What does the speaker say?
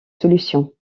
solutions